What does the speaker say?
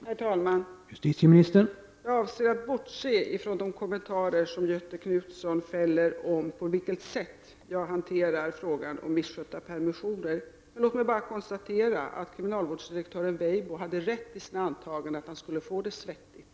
Herr talman! Jag avser att bortse från de kommentarer som Göthe Knutson fäller om det sätt på vilket jag hanterar frågan om misskötta permissioner. Låt mig emellertid bara konstatera att kriminalvårdsdirektören Weibo hade rätt i sina antaganden att han skulle få det svettigt.